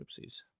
Oopsies